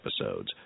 episodes